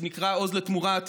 שנקראת "עוז לתמורה",